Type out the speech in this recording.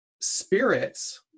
spirits